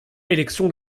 élection